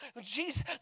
Jesus